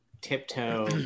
tiptoe